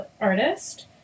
artist